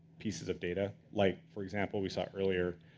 pieces of data. like for example, we saw earlier,